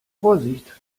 vorsicht